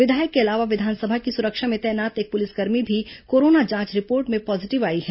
विधायक के अलावा विधानसभा की सुरक्षा में तैनात एक पुलिसकर्मी की कोरोना जांच रिपोर्ट भी पॉजीटिव आई है